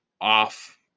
off